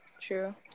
true